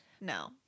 no